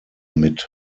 mit